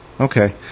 Okay